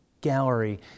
gallery